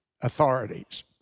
authorities